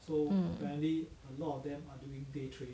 mm